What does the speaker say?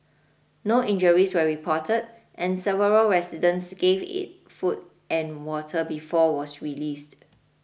no injuries were reported and several residents gave it food and water before was released